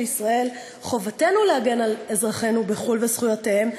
ישראל חובתנו להגן על אזרחינו בחו"ל וזכויותיהם,